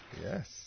Yes